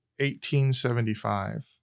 1875